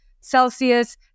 Celsius